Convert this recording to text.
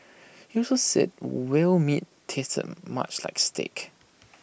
he also said whale meat tasted much like steak